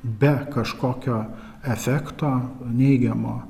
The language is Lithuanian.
be kažkokio efekto neigiamo